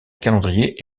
calendrier